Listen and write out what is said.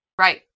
Right